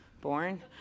born